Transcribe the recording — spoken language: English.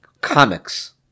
comics